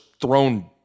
thrown